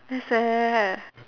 very sad